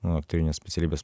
aktorinės specialybės